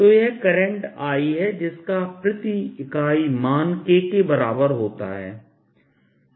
तो यह एक करंट है जिसका प्रति इकाई मान K के बराबर होता है